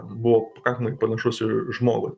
buvo pakankamai panašus į žmogų